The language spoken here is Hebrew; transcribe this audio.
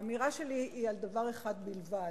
האמירה שלי היא על דבר אחד בלבד,